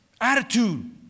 Attitude